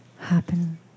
happen